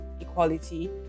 equality